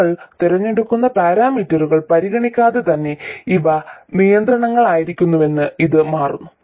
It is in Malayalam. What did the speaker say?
നിങ്ങൾ തിരഞ്ഞെടുക്കുന്ന പാരാമീറ്ററുകൾ പരിഗണിക്കാതെ തന്നെ ഇവ നിയന്ത്രണങ്ങളായിരിക്കുമെന്ന് ഇത് മാറുന്നു